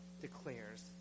declares